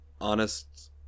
honest